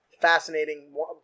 fascinating